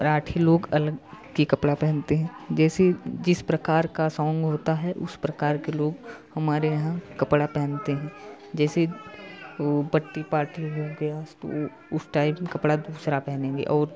मराठी लोग अलग के कपड़ा पहनते हैं जैसे जिस प्रकार का सौंग होता है उस प्रकार के लोग हमारे यहाँ कपड़ा पहनते हैं जैसे वह पट्टी पार्टी हो गया उस तो वह उस टैप कपड़ा दुसरा पहनेंगे और